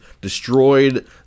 destroyed